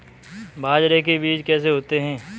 बाजरे के बीज कैसे होते हैं?